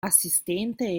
assistente